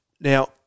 Now